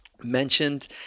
Mentioned